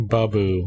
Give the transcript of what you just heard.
Babu